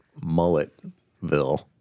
mulletville